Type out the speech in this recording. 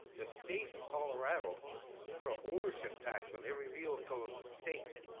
the state of colorado put an ownership tax on every vehicle in the state.